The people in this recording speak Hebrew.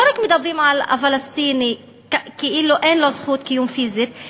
לא רק מדברים על הפלסטיני כאילו אין לו זכות קיום פיזית,